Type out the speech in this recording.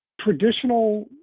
traditional